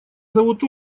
зовут